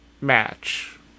match